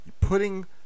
putting